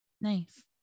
nice